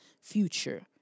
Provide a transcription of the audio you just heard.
future